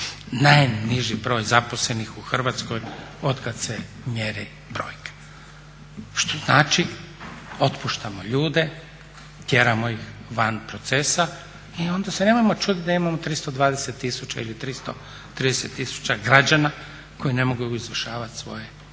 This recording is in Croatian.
Najniži broj zaposlenih u Hrvatskoj otkad se mjere brojke. Što znači otpuštamo ljude, tjeramo ih van procesa i onda se nemojmo čuditi da imamo 320 tisuća ili 330 tisuća građana koji ne mogu izvršavati svoje obveze.